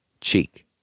Cheek